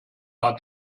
hat